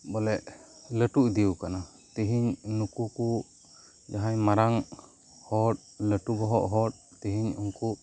ᱵᱚᱞᱮ ᱞᱟᱹᱴᱩ ᱤᱫᱤ ᱟᱠᱟᱱᱟ ᱛᱮᱹᱦᱮᱹᱧ ᱱᱩᱠᱩ ᱠᱚ ᱡᱟᱦᱟᱸᱭ ᱢᱟᱨᱟᱝ ᱦᱚᱲ ᱞᱟᱹᱴᱩ ᱵᱚᱦᱚᱜ ᱦᱚᱲ ᱛᱮᱹᱦᱮᱹᱧ ᱩᱱᱠᱩ